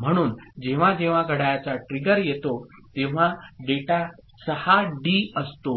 म्हणून जेव्हा जेव्हा घड्याळाचा ट्रिगर येतो तेव्हा डेटा 6 डी असतो